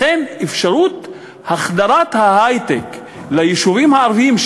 לכן אפשרות החדרת ההיי-טק ליישובים הערביים,